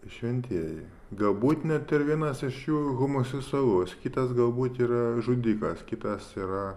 šventieji galbūt net ir vienas iš jų homoseksualus kitas galbūt yra žudikas kitas yra